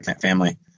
family